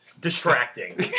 distracting